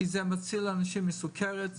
כי זה מציל אנשים מסוכרת,